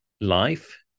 life